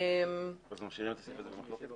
את משאירה את הסעיף הזה במחלוקת?